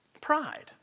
pride